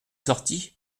sorti